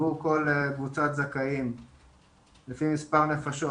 לפי החוק,